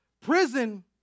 prison